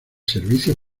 servicios